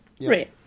Right